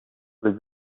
with